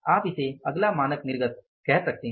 आप इसे अगला मानक निर्गत कह सकते हैं